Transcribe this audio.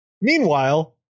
Meanwhile